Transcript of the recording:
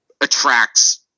attracts –